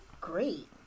great